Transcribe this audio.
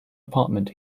apartment